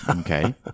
Okay